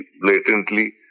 blatantly